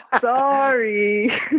Sorry